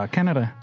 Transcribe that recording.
Canada